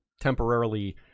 temporarily